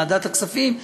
ועדת הכספים,